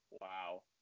wow